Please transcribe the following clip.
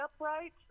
upright